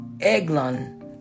Eglon